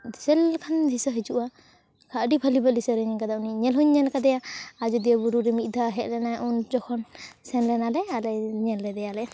ᱫᱤᱥᱟᱹ ᱞᱮᱠᱷᱟᱱ ᱫᱤᱥᱟᱹ ᱦᱤᱡᱩᱜᱼᱟ ᱠᱷᱟᱱ ᱟᱹᱰᱤ ᱵᱷᱟᱹᱞᱤ ᱵᱷᱟᱹᱞᱤ ᱥᱮᱨᱮᱧᱟᱠᱟᱫᱟᱭ ᱩᱱᱤ ᱧᱮᱞ ᱦᱚᱧ ᱧᱮᱞ ᱠᱟᱫᱮᱭᱟ ᱟᱡᱚᱫᱤᱭᱟᱹ ᱵᱩᱨᱩᱨᱮ ᱢᱤᱫ ᱫᱷᱟᱣ ᱦᱮᱡ ᱞᱮᱱᱟᱭ ᱩᱱ ᱡᱚᱠᱷᱚᱱ ᱥᱮᱱ ᱞᱮᱱᱟᱞᱮ ᱟᱞᱮ ᱧᱮᱞ ᱞᱮᱫᱮᱭᱟᱞᱮ